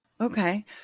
Okay